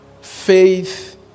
faith